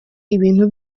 ibintu